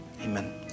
Amen